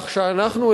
כך שאנחנו,